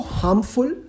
harmful